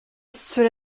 cela